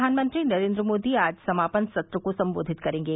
प्रधानमंत्री नरेन्द्र मोदी आज समापन सत्र को संबोधित करेंगे